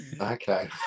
Okay